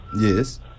Yes